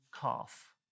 calf